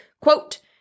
Quote